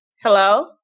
hello